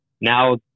now